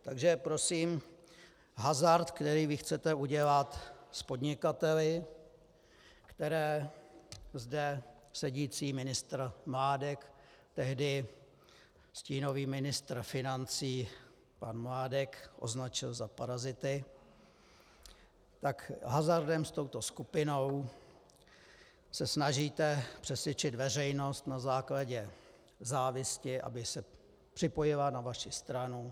Takže prosím, hazard, který vy chcete udělat s podnikateli, které zde sedící ministr Mládek, tehdy stínový ministr financí pan Mládek, označil za parazity, tak hazardem s touto skupinou se snažíte přesvědčit veřejnost na základě závisti, aby se připojila na vaši stranu.